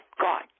God